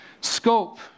scope